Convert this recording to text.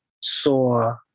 saw